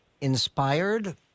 inspired